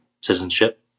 citizenship